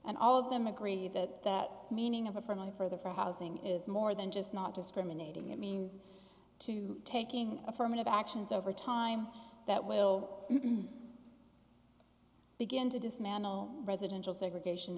and all of them agree that that meaning of a for money for the for housing is more than just not discriminating it means to taking affirmative actions over time that will begin to dismantle residential segregation